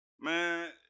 man